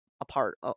apart